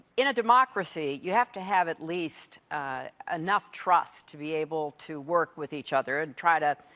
in a democracy, you have to have at least enough trust to be able to work with each other and try to,